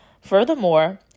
Furthermore